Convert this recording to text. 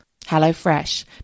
HelloFresh